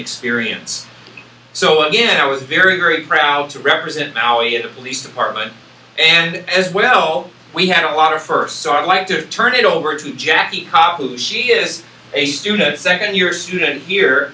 experience so again i was very very proud to represent our way of the police department and as well we had a lot of firsts so i like to turn it over to jackie hop who she is a student second year student here